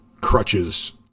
crutches